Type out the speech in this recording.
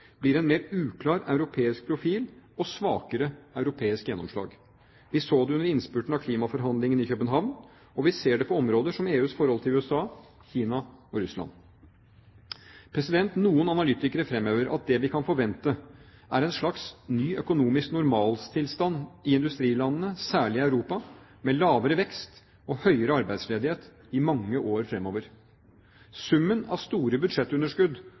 blir en mer uklar europeisk profil og svakere europeisk gjennomslag. Vi så det under innspurten av klimaforhandlingene i København, og vi ser det på områder som EUs forhold til USA, Kina og Russland. Noen analytikere fremhever at det vi kan forvente, er en slags ny økonomisk normaltilstand i industrilandene, særlig i Europa, med lavere vekst og høyere arbeidsledighet i mange år fremover. Summen av store budsjettunderskudd